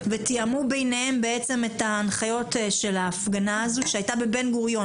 ותיאמו ביניהם את ההנחיות של ההפגנה הזאת שהייתה בבן גוריון.